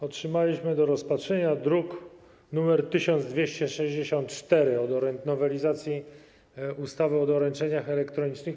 Otrzymaliśmy do rozpatrzenia druk nr 1264 o nowelizacji ustawy o doręczeniach elektronicznych.